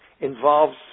involves